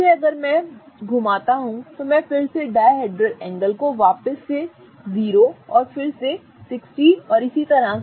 फिर से अगर मैं घूमता हूं तो मैं फिर से डायहेड्रल एंगल वापस 0 और फिर से 60 और इसी तरह